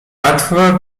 łatwo